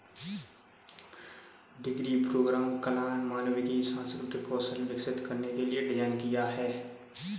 degree programme कला, मानविकी, सांस्कृतिक कौशल विकसित करने के लिए डिज़ाइन किया है